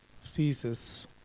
ceases